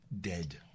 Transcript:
dead